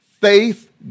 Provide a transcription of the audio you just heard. Faith